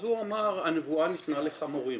אז הוא אמר, "הנבואה ניתנה לחמורים".